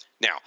Now